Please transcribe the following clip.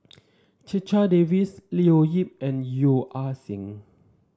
Checha Davies Leo Yip and Yeo Ah Seng